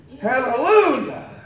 hallelujah